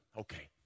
Okay